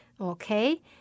Okay